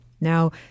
Now